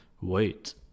Wait